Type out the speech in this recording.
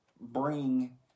bring